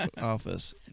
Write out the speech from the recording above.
Office